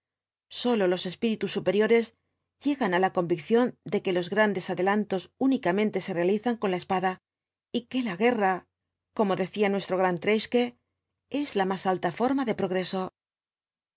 sólo los espíritus superiores llegan á la convicción de que los grandes adelantos únicamente se realizan con la espada y que la guerra como decía nuestro gran treitschke es la má alta forma del progreso